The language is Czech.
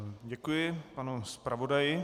Děkuji panu zpravodaji.